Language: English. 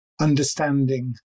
understanding